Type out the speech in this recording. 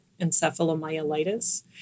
encephalomyelitis